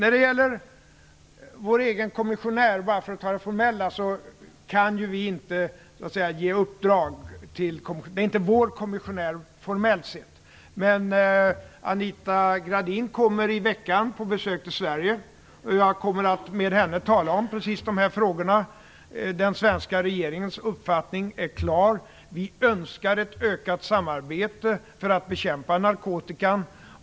Sedan gällde det vår egen kommissionär. Vi kan ju inte, för att bara ta det formella, ge kommissionären uppdrag. Det är inte vår kommissionär formellt sett. Men Anita Gradin kommer i veckan till Sverige för ett besök, och jag kommer då att tala med henne om precis de här frågorna. Den svenska regeringens uppfattning är klar: Vi önskar ett ökat samarbete för att bekämpa narkotikan.